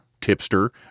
tipster